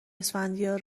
اسفندیار